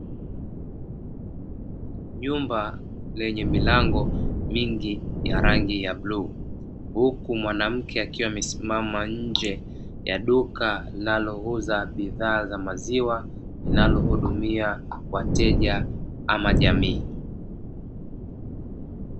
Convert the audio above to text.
Jumba lenye milango mingi ya rangi ya bluu. Huku Mwanamke akiwa amesimama nje ya duka linalouza bidhaa za maziwa linalohudumia wateja au jamii.